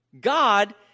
God